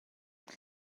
the